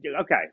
Okay